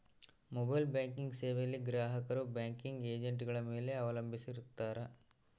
mobile banking ಸೇವೆಯಲ್ಲಿ ಗ್ರಾಹಕರು banking ಏಜೆಂಟ್ಗಳ ಮೇಲೆ ಅವಲಂಬಿಸಿರುತ್ತಾರ